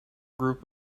group